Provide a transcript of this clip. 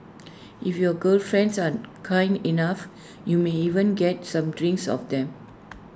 if your girl friends are kind enough you may even get some drinks off them